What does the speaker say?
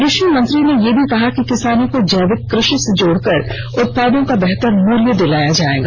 कृषि मंत्री ने यह भी कहा कि किसानों को जैविक कृषि से जोड़कर उत्पादों का बेहतर मूल्य दिलाया जाएगा